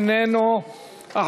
אינו נוכח,